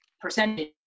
percentage